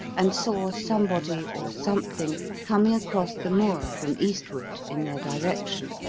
and saw somebody or something coming across the moor from eastward in their direction.